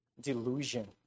Delusion